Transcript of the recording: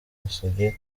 basabye